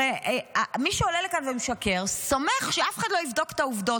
הרי מי שעולה לכאן ומשקר סומך שאף אחד לא יבדוק את העובדות,